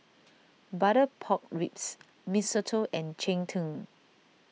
Butter Pork Ribs Mee Soto and Cheng Tng